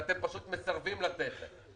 ואתם פשוט מסרבים לתת לו.